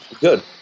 good